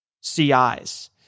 CIs